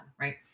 Right